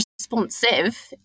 responsive